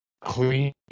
Clean